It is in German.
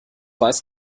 weiß